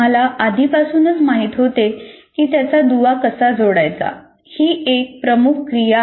आम्हाला आधीपासूनच माहित होते की त्याचा दुवा कसा जोडायचा ही एक प्रमुख क्रिया आहे